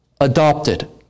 adopted